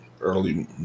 early